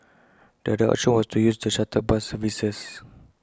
the other option was to use the shuttle bus services